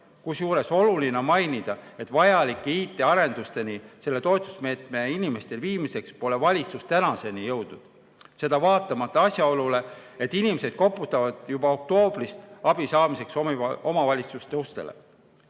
Seejuures on oluline mainida, et vajalike IT-arendusteni selle toetusmeetme inimesteni viimiseks ei ole valitsus tänaseni jõudnud. Seda vaatamata asjaolule, et inimesed koputavad juba oktoobrist alates abi saamiseks omavalitsuste ustele.